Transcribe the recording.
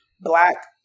black